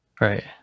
Right